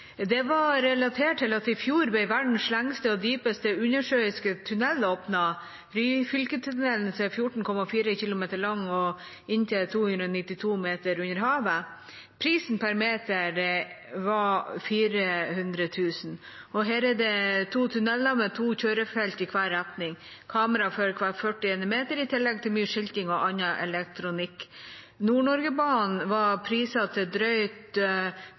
Det var relatert til at i fjor ble verdens lengste og dypeste undersjøiske tunnel åpnet, Ryfylketunnelen, som er 14,4 km lang og inntil 292 meter under havet. Prisen per meter var 400 000 kr, og her er det to tunneler med to kjørefelt i hver retning og kamera for hver førtiende meter, i tillegg til mye skilting og annen elektronikk. Nord-Norge-banen var priset til drøyt